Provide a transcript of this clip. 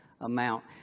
Amount